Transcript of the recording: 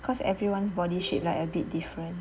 cause everyone's body shape like a bit different